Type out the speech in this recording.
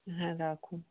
হ্যাঁ রাখুন